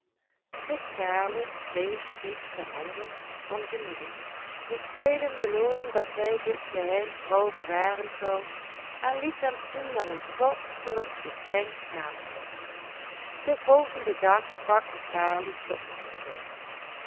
de kalif wreef zich de handen van genoegen liet selim beloven dat hij dit geheim trouw bewaren zou en liet hem toen met een vorstelijk geschenk gaan den volgenden dag sprak de kalif tot